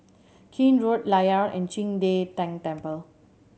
Keene Road Layar and Qing De Tang Temple